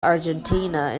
argentina